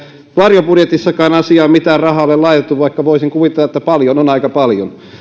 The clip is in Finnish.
varjobudjetissakaan asiaan mitään rahaa ole laitettu vaikka voisin kuvitella että paljon on aika paljon